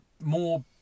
more